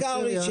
קרעי,